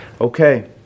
Okay